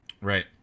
Right